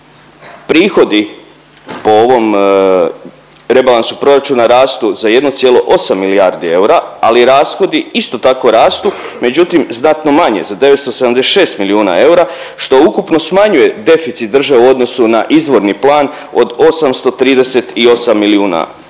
Prihodi po ovom rebalansu proračuna rastu za 1,8 milijardi eura, ali rashodi isto tako rastu međutim znatno manje za 976 milijuna eura što ukupno smanjuje deficit države u odnosu na izvorni plan od 838 milijuna eura.